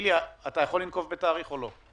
איליה, אתה יכול לנקוב בתאריך או לא?